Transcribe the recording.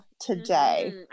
today